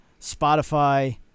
Spotify